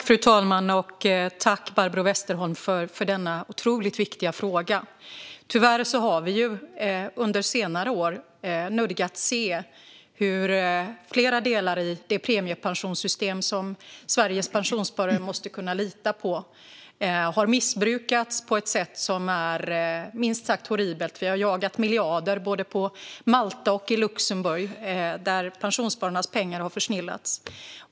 Fru talman! Tack, Barbro Westerholm, för denna otroligt viktiga fråga! Tyvärr har vi under senare år nödgats se hur flera delar av det premiepensionssystem som Sveriges pensionssparare måste kunna lita på har missbrukats på ett minst sagt horribelt sätt. Vi har jagat miljarder både på Malta och i Luxemburg, där pensionsspararnas pengar har försnillats.